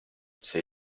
see